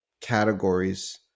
categories